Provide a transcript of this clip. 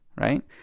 right